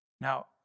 Now